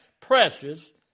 precious